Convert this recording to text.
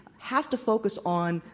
have to focus on,